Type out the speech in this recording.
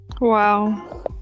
wow